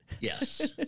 Yes